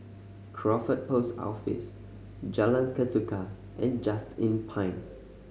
Crawford Post Office Jalan Ketuka and Just Inn Pine